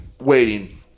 waiting